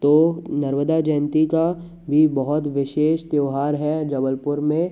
तो नर्मदा जयंती का भी बहुत विशेष त्योहार है जबलपुर में